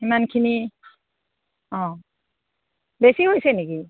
সিমানখিনি অঁ বেছি হৈছে নেকি